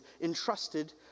entrusted